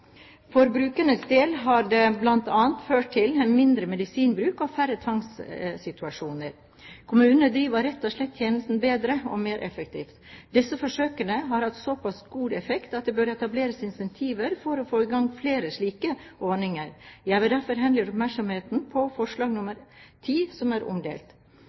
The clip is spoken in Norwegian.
brukernes del har det bl.a. ført til mindre medisinbruk og færre tvangssituasjoner. Kommunen driver rett og slett tjenestene bedre og mer effektivt. Disse forsøkene har hatt såpass god effekt at det bør etableres incentiver for å få i gang flere slike ordninger. Jeg vil derfor henlede oppmerksomheten på forslag nr. 10, som er omdelt.